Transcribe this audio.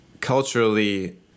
culturally